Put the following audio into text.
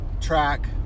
track